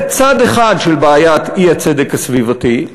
זה צד אחד של בעיית האי-צדק הסביבתי.